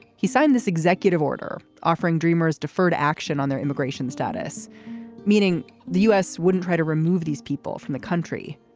he signed this executive order offering dreamers deferred action on their immigration status meaning the u s. wouldn't try to remove these people from the country.